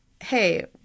Hey